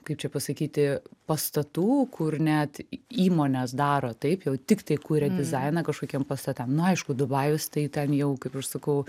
kaip čia pasakyti pastatų kur net įmonės daro taip jau tiktai kuria dizainą kažkokiem pastatam nu aišku dubajus tai ten jau kaip aš sakau